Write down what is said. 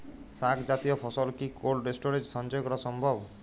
শাক জাতীয় ফসল কি কোল্ড স্টোরেজে সঞ্চয় করা সম্ভব?